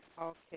Okay